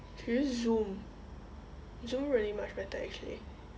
should use zoom zoom really much better actually